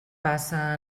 passa